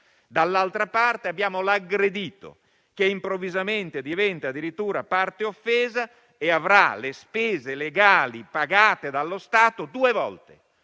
dall'altra parte abbiamo l'aggressore, che improvvisamente diventa addirittura parte offesa e avrà le spese legali pagate dallo Stato due volte,